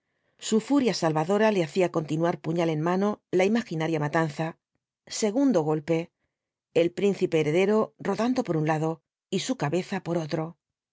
su furia salvadora le hacía continuar puñal en mano la imaginaria matanza segundo golpe el príncipe heredero rodando por un lado y su cabeza por otro